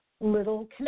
little